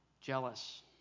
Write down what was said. jealous